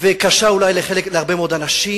וקשה אולי להרבה מאוד אנשים.